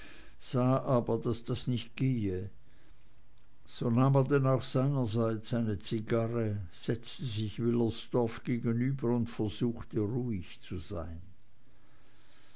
aber daß das nicht gehe so nahm er denn auch seinerseits eine zigarre setzte sich wüllersdorf gegenüber und versuchte ruhig zu sein